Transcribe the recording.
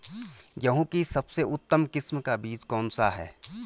गेहूँ की सबसे उत्तम किस्म का बीज कौन सा होगा?